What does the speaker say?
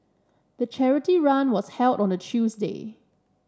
the charity run was held on a Tuesday